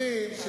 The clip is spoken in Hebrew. הדוברים.